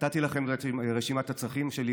נתתי לכם את רשימת הצרכים שלי.